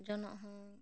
ᱡᱚᱱᱚᱜ ᱦᱚᱸ